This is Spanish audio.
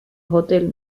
hotel